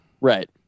Right